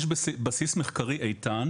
יש בסיס מחקרי איתן